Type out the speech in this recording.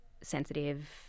sensitive